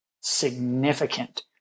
significant